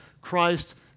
Christ